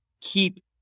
keep